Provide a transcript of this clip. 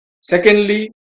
Secondly